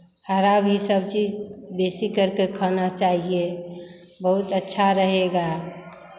हरा भी सब्ज़ी बेसी करके खाना चाहिए बहुत अच्छा रहेगा